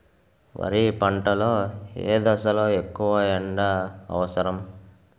వరి పంట లో ఏ దశ లొ ఎక్కువ ఎండా అవసరం?